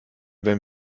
wenn